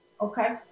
Okay